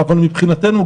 אבל מבחינתנו,